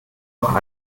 auch